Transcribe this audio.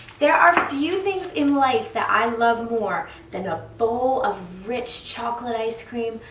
there are few things in life that i love more than a bowl of rich chocolate ice cream,